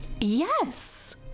Yes